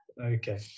Okay